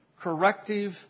corrective